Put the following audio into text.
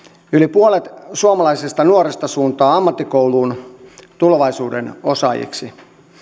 puolet suomalaisista nuorista suuntaa ammattikouluun tulevaisuuden osaajiksi